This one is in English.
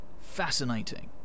Fascinating